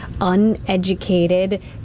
uneducated